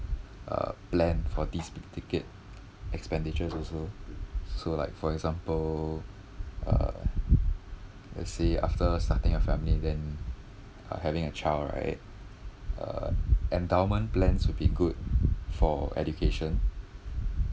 uh plan for these big ticket expenditure also so like for example uh let's say after starting a family then uh having a child right uh endowment plans will be good for education